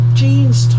jeans